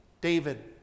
David